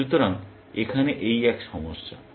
সুতরাং এখানে এই একই সমস্যা